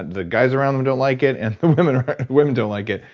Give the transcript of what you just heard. the guys around them don't like it and the women women don't like it.